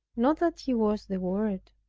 not that he was the word,